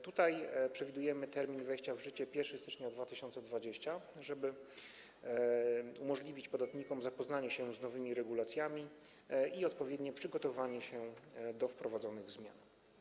Tutaj przewidujemy jako termin wejścia w życie 1 stycznia 2020 r., co umożliwi podatnikom zapoznanie się z nowymi regulacjami i odpowiednie przygotowanie się do wprowadzonych zmian.